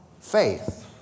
faith